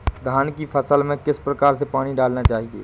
धान की फसल में किस प्रकार से पानी डालना चाहिए?